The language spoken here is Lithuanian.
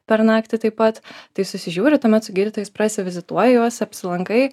per naktį taip pat tai susižiūri tuomet su girtais prasivizituoji juos apsilankai